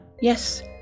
Yes